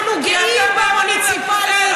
אנחנו גאים במוניציפלי,